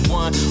one